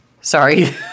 Sorry